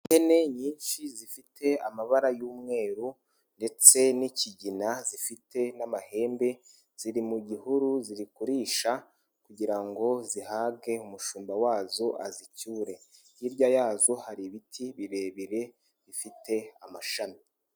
Ihene nyinshi zifite amabara y'umweru ndetse n'ikigina zifite n'amahembe ziri mu gihuru ziri kurisha kugira ngo zihabwe umushumba wazo azicyure, hirya yazo hari ibiti birebire bifite amashami.